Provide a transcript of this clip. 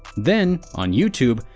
then, on youtube,